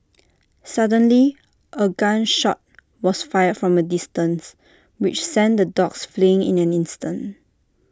suddenly A gun shot was fired from A distance which sent the dogs fleeing in an instant